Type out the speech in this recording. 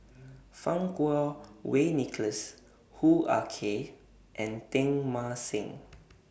Fang Kuo Wei Nicholas Hoo Ah Kay and Teng Mah Seng